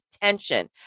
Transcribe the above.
tension